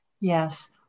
Yes